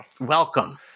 welcome